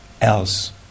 else